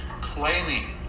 claiming